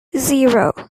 zero